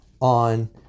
on